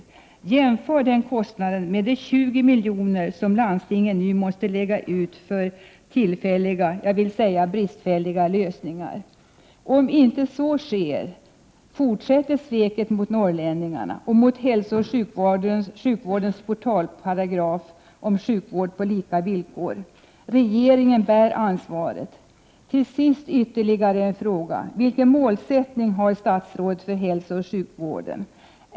Men jämför den kostnaden med de 20 milj.kr. som landstingen nu måste lägga ut för tillfälliga — bristfälliga, skulle jag vilja säga — lösningar! Om inte nämnda åtgärder vidtas, får vi en fortsättning på sveket mot norrlänningarna och mot hälsooch sjukvårdens portalparagraf om sjukvård på lika villkor. Regeringen bär ansvaret. Till sist ytterligare en fråga: Vilken målsättning har statsrådet för hälsooch sjukvården?